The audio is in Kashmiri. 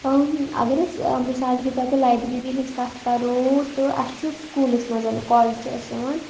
اگر أسۍ مِثال کے طور پَر لایبرٔری ہِنٛز کَتھ کَرو تہٕ اَسہِ چھُ سُکوٗلَس منٛز کال چھِ اَسہِ یِوان